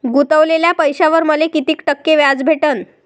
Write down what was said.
गुतवलेल्या पैशावर मले कितीक टक्के व्याज भेटन?